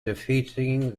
defeating